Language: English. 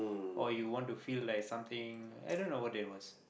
or you want to feel like something i don't know what that was